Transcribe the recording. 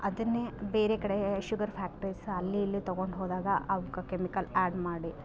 ಅದನ್ನೇ ಬೇರೆ ಕಡೆ ಶುಗರ್ ಫ್ಯಾಕ್ಟ್ರಿಸ್ ಅಲ್ಲಿ ಇಲ್ಲಿ ತಗೊಂಡು ಹೋದಾಗ ಅವ್ಕ ಕೆಮಿಕಲ್ ಆ್ಯಡ್ ಮಾಡಿ